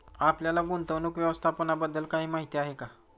आपल्याला गुंतवणूक व्यवस्थापनाबद्दल काही माहिती आहे का?